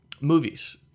movies